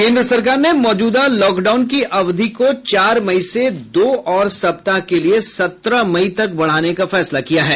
केंद्र सरकार ने मौजूदा लॉकडाउन की अवधि को चार मई से दो और सप्ताह के लिए सत्रह मई तक बढ़ाने का फैसला किया है